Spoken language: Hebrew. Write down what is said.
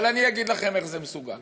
אבל אני אגיד לכם איך זה מסוגל.